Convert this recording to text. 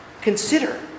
consider